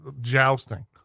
jousting